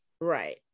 right